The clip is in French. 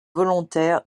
volontaire